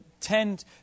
tend